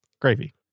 gravy